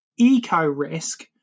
EcoRisk